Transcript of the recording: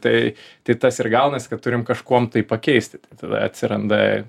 tai tai tas ir gaunasi kad turim kažkuom tai pakeisti tada atsiranda